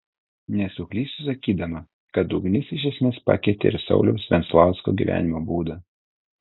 nesuklysiu sakydama kad ugnis iš esmės pakeitė ir sauliaus venclausko gyvenimo būdą